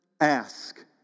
ask